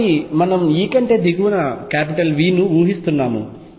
కాబట్టి మనము E కంటే దిగువన V ను ఊహిస్తున్నాము